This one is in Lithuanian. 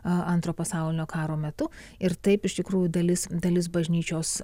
antro pasaulinio karo metu ir taip iš tikrųjų dalis dalis bažnyčios